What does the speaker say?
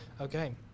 Okay